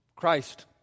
Christ